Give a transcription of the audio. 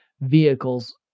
vehicles